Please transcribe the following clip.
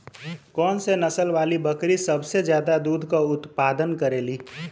कौन से नसल वाली बकरी सबसे ज्यादा दूध क उतपादन करेली?